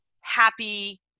happy